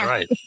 Right